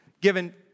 given